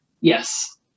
Yes